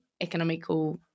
economical